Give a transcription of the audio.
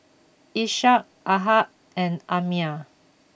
Ishak Ahad and Ammir